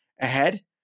ahead